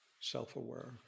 self-aware